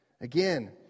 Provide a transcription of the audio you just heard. Again